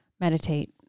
meditate